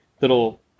little